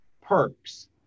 perks